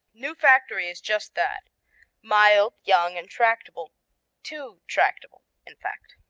new factory is just that mild, young and tractable too tractable, in fact.